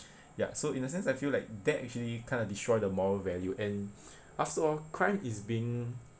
ya so in a sense I feel like that actually kind of destroy the moral value and after all crime is being